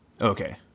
okay